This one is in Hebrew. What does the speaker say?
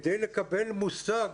כדי לקבל מושג